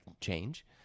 change